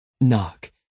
Knock